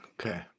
Okay